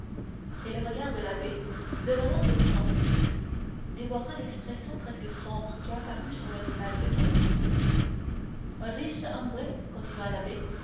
et le regard de l'abbé devenant de plus en plus fixe dévora l'expression presque sombre qui apparut sur le visage de caderousse un riche anglais continua l'abbé